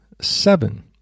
seven